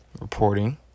reporting